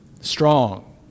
strong